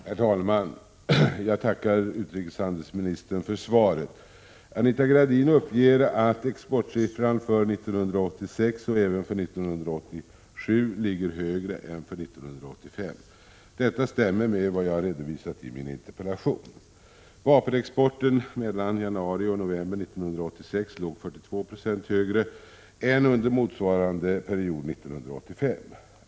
Herr talman! Jag tackar utrikeshandelsministern för svaret. Anita Gradin uppger att exportsiffran för 1986 och även för 1987 blir högre än för 1985. Detta stämmer helt med vad jag redovisat i min interpellation. Vapenexporten mellan januari och november 1986 låg 42 Jo högre än under motsvarande period 1985.